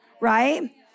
right